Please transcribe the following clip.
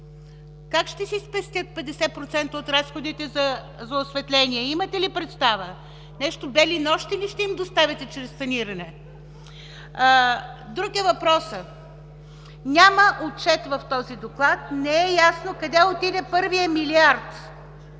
Как ще си спестят 50% от разходите за осветление? Имате ли представа? Нещо като бели нощи ли ще им доставяте чрез саниране? Друг е въпросът, че няма отчет в този доклад. Не е ясно къде отиде първият милиард.